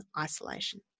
isolation